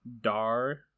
Dar